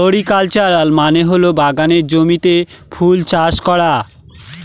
floriculture মানে হল বাগানের জমিতে ফুল চাষ করা